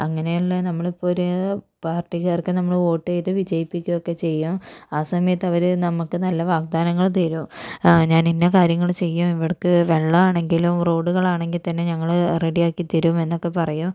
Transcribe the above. അങ്ങനെയുള്ള നമ്മളിപ്പം ഒര് പാർട്ടി കാർക്ക് നമ്മള് വോട്ട് ചെയ്ത് വിജയിപ്പിക്കുക ഒക്കെ ചെയ്യും ആ സമയത്ത് അവര് നമുക്ക് നല്ല വാഗ്ദാനങ്ങള് തരും ഞാനിന്ന കാര്യങ്ങള് ചെയ്യും ഇവർക്ക് വെള്ളം ആണെങ്കിലും റോഡുകളാണെങ്കിൽ തന്നെ ഞങ്ങള് റെഡിയാക്കി തരും എന്നൊക്കെ പറയും